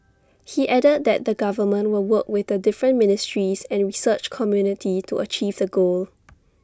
he added that the government will work with the different ministries and research community to achieve the goal